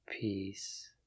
Peace